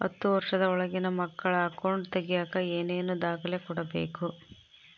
ಹತ್ತುವಷ೯ದ ಒಳಗಿನ ಮಕ್ಕಳ ಅಕೌಂಟ್ ತಗಿಯಾಕ ಏನೇನು ದಾಖಲೆ ಕೊಡಬೇಕು?